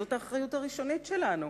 זאת האחריות הראשונית שלנו.